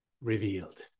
revealed